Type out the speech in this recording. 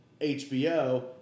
HBO